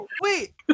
wait